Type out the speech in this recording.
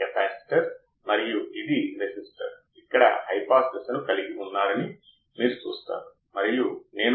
కాబట్టి మళ్ళీ స్లైడ్కు తిరిగి వచ్చి గమనిద్దాం